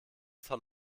von